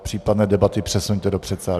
Případné debaty přesuňte do předsálí.